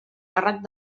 càrrec